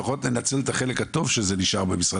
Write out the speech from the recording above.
לפחות לנצל את החלק הטוב שזה נשאר במשרד